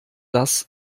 das